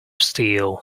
steel